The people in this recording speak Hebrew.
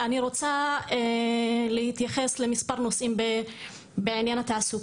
אני רוצה להתייחס למספר נושאים בעניין זה.